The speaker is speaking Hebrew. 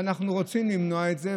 ואנחנו רוצים למנוע את זה,